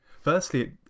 firstly